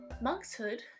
Monkshood